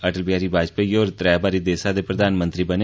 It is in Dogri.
अटल बिहारी वाजपेयी होर त्रौ बारी देसै दे प्रघानमंत्री बने